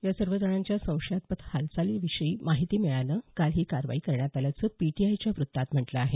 या सर्वजणांच्या संशयास्पद हालचालींविषयी माहिती मिळाल्यानं काल ही कारवाई करण्यात आल्याचं पीटीआयच्या वृत्तात म्हटलं आहे